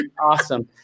awesome